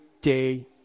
day